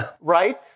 right